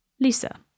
Lisa